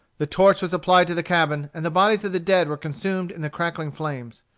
the torch was applied to the cabin, and the bodies of the dead were consumed in the crackling flames.